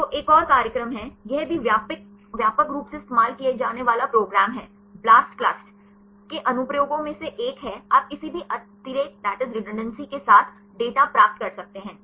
तो एक और कार्यक्रम है यह भी व्यापक रूप से इस्तेमाल किया जाने वाला प्रोग्राम है ब्लास्टक्लस्ट के अनुप्रयोगों में से एक है आप किसी भी अतिरेक के साथ डेटा प्राप्त कर सकते हैं